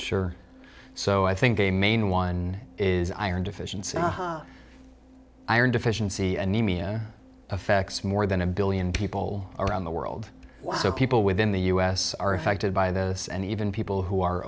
sure so i think the main one is iron deficiency iron deficiency anemia affects more than a billion people around the world so people within the us are affected by this and even people who are